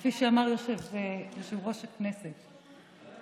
כפי שאמר סגן יושב-ראש הכנסת,